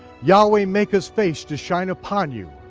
yahweh make his face to shine upon you,